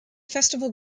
festival